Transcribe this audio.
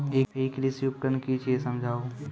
ई कृषि उपकरण कि छियै समझाऊ?